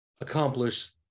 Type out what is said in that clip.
accomplish